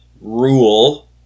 Rule